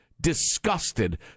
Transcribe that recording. disgusted